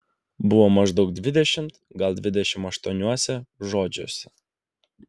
buvo maždaug dvidešimt gal dvidešimt aštuoniuose žodžiuose